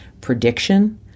prediction